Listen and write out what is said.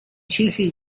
cicli